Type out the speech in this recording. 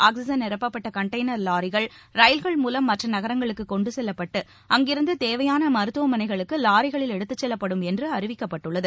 oxygen நிரப்பப்பட்ட container வாரிகள் ரயில்கள் மூலம் மற்ற நகரங்களுக்கு கொண்டு செல்லப்பட்டு அங்கிருந்து தேவையாள மருத்துவமனைகளுக்கு லாரிகளில் எடுத்துச்செல்லப்படும் என்று அறிவிக்கப்பட்டுள்ளது